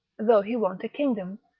though he want a kingdom,